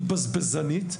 היא בזבזנית,